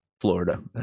Florida